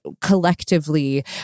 collectively